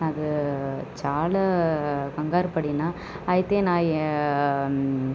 నాకు చాలా కంగారుపడిన అయితే నా